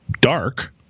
dark